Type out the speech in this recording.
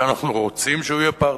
שאנחנו רוצים שהוא יהיה פרטנר,